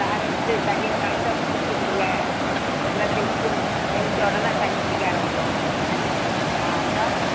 சாறு எடுத்து தண்ணில கலந்து குடிக்க கொடுங்க எல்லாம் செமிச்சிடும் செமிச்ச உடன தண்ணி குடிக்க ஆரம்மிச்சிடும் ஆ அப்புறம்